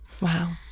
Wow